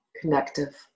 connective